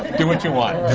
do what you want,